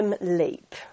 leap